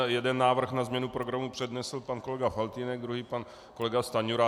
Jeden návrh na změnu programu přednesl pan kolega Faltýnek, druhý pan kolega Stanjura.